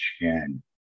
chin